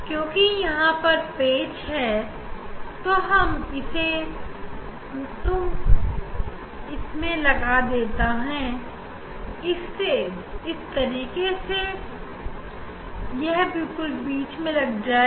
क्योंकि यहां पर पेंच है तो मैं इसे इस तरह लगाता हूं की यह बिल्कुल बीच में लग जाए